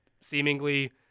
seemingly